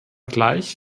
gleich